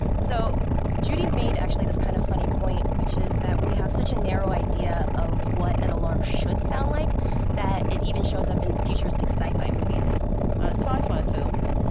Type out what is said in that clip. so judy made, actually, this kind of funny point, which is that we have such a narrow idea of what an alarm should sound like that it even shows up in futuristic sci-fi movies sci-fi films,